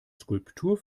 skulptur